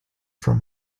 from